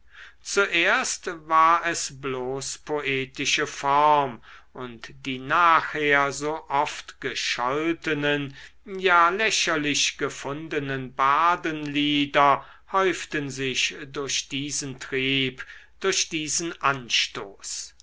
zuerst war es bloß poetische form und die nachher so oft gescholtenen ja lächerlich gefundenen bardenlieder häuften sich durch diesen trieb durch diesen anstoß